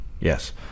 Yes